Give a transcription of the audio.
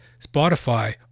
Spotify